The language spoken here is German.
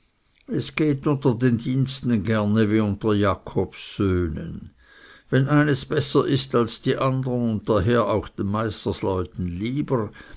es geht unter den diensten gerne wie unter jakobs söhnen wenn eines besser ist als die andern und daher auch den meisterleuten lieber